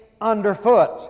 underfoot